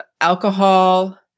alcohol